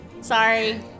Sorry